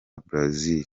brazil